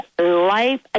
Life